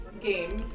game